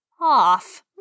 off